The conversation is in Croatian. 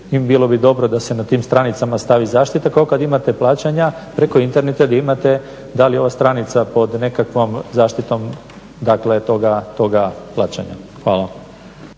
i bilo bi dobro da se na tim stranicama stavi zaštita kao kad imate plaćanja preko interneta di imate da li je ova stranica pod nekakvom zaštitom dakle toga plaćanja. Hvala.